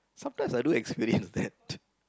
sometimes I do experience that